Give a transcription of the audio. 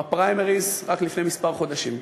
בפריימריז רק לפני כמה חודשים.